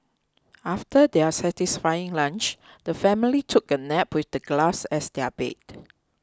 after their satisfying lunch the family took a nap with the grass as their bed